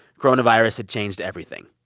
coronavirus had changed everything.